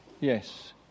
Yes